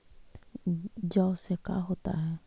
जौ से का होता है?